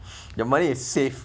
your money is safe